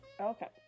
Okay